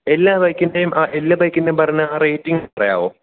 എല്ലാം ബൈക്കിൻറ്റെയും ആ എല്ലാം ബൈക്കിൻറ്റെയും പറഞ്ഞ ആ റേറ്റിങ് പറയാവോ